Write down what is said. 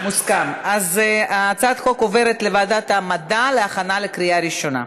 הצעת חוק התקשורת (בזק ושידורים)